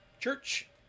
church